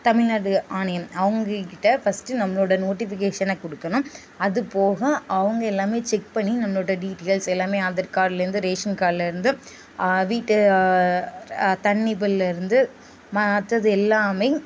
தமிழ்நாடு ஆணையம் அவங்கக்கிட்ட ஃபஸ்ட்டு நம்மளோட நோட்டிஃபிகேஷனனை கொடுக்கணும் அதுபோக அவங்க எல்லாமே செக் பண்ணி நம்மளோட டீட்டெயில்ஸ் எல்லாமே ஆதார் கார்டுலேருந்து ரேஷன் கார்டுலேருந்து வீட்டு தண்ணி பில்லுலேருந்து மற்றது எல்லாமே